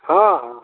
हाँ हाँ हाँ